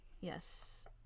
Yes